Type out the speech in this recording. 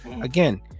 again